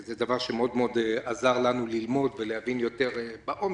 זה דבר שעזר לנו מאוד מאוד ללמוד ולהבין יותר לעומק.